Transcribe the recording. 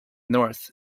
north